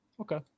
Okay